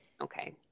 Okay